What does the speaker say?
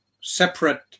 Separate